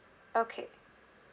okay